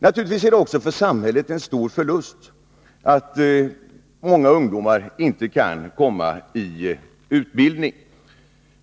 Naturligtvis är det också för samhället en stor förlust att många ungdomar inte kan komma i utbildning.